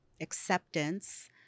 acceptance